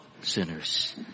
sinners